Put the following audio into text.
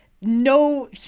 no